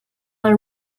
her